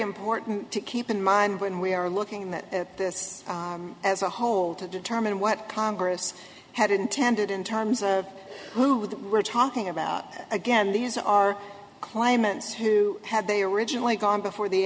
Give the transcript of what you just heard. important to keep in mind when we are looking at that as a whole to determine what congress had intended in terms of who with we're talking about again these are claimants who had they originally gone before the